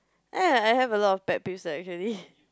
err I have a lot of bad place to actually